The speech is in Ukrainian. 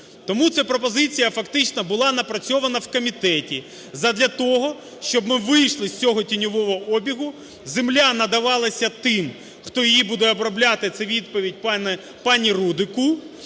Тому ця пропозиція фактично була напрацьована в комітеті задля того, щоб ми вийшли з цього тіньового обігу, земля надавалися тим, хто її буде обробляти, це відповідь пану Рудику.